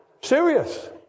Serious